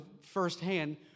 firsthand